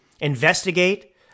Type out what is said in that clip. investigate